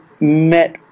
met